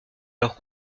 leurs